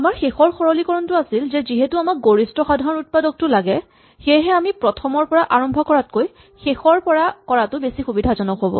আমাৰ শেষৰ সৰলীকৰণটো আছিল যে যিহেতু আমাক গৰিষ্ঠ সাধাৰণ উৎপাদকটো লাগে সেযেহে আমি প্ৰথমৰ পৰা আৰম্ভ কৰাতকৈ শেষৰ পৰা কৰাটো বেছি সুবিধাজনক হ'ব